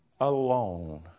alone